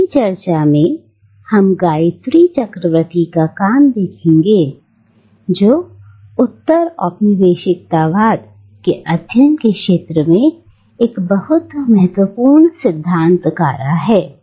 अभी चर्चा में हम गायत्री चक्रवर्ती का काम देखेंगे जो उत्तर औपनिवेशिक वाद के अध्ययन के क्षेत्र में एक बहुत महत्वपूर्ण सिद्धांतकार हैं